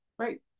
Right